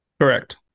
correct